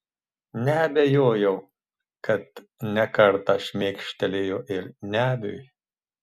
neabejojau kad ne kartą šmėkštelėjo ir neviui